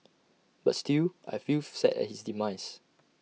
but still I feel sad at his demise